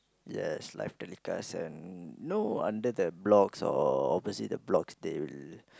yes live telecast and no under the blocks or opposite the blocks they'll